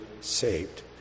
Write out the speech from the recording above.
saved